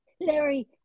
Larry